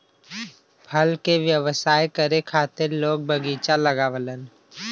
फल के व्यवसाय करे खातिर लोग बगीचा लगावलन